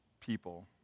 people